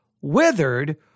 withered